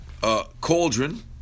cauldron